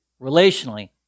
relationally